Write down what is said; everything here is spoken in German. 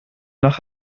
nach